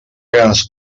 grans